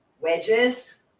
wedges